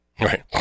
Right